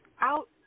out